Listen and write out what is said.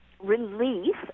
release